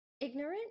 Ignorant